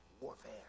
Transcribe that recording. warfare